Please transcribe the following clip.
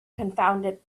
confounded